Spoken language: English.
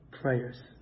Prayers